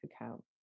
account